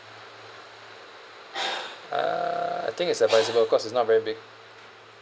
err I think it's advisable cause is not very big